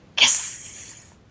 Yes